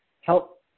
help